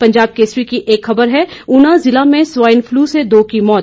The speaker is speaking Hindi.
पंजाब केसरी की एक खबर है उना जिला में स्वाइन फलू से दो की मौत